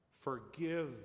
Forgive